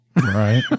Right